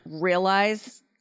realize